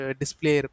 display